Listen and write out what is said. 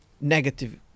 negative